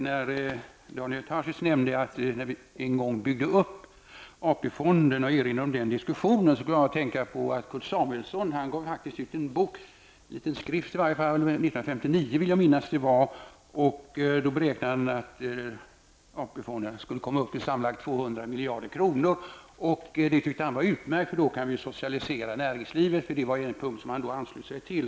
När Daniel Tarschys erinrade om den diskussion som fördes när vi en gång byggde upp AP fonderna, kom jag att tänka på att Kurt Samuelsson gav ut en bok, eller i varje fall en liten skrift -- jag vill minnas att det var 1959 -- där han beräknade att AP-fonderna skulle komma upp till sammanlagt 200 miljarder kronor. Det tyckte han var utmärkt, för då kunde vi socialisera näringslivet. Det var ju något som han anslöt sig till.